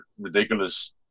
ridiculous